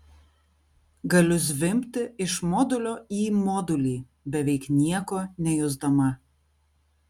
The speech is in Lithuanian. galiu zvimbti iš modulio į modulį beveik nieko nejusdama